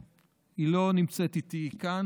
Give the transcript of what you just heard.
שהיא לא נמצאת איתי כאן,